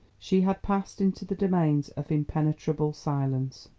she had passed into the domains of impenetrable silence.